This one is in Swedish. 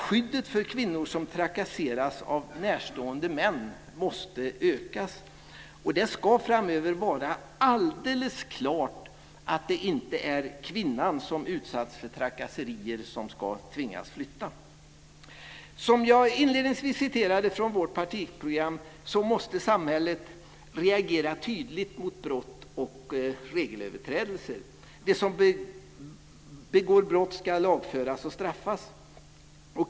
Skyddet för kvinnor som trakasseras av närstående män måste ökas. Det ska framöver vara alldeles klart att det inte är kvinnan som utsatts för trakasserier som ska tvingas flytta. Som jag inledningsvis citerade från vårt partiprogram måste samhället reagera tydligt mot brott och regelöverträdelser. De som begår brott ska lagföras och straffas.